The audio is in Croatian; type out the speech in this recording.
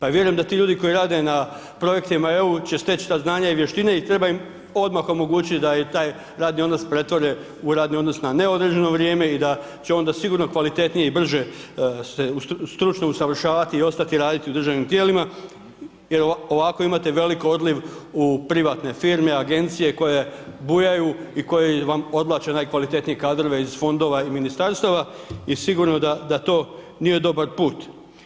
Ali vjerujem da ti ljudi koji rade na projektima EU će steć ta znanja i vještine i treba im odmah omogućiti da i taj radni odnos pretvore u radni odnos na neodređeno vrijeme i da će onda sigurno kvalitetnije i brže se stručno usavršavati i ostati raditi u državnim tijelima, jer ovako imate veliki odliv u privatne firme, agencije koje bujaju i koje vam odvlače najkvalitetnije kadrove iz fondova i ministarstava i sigurno da to nije dobar put.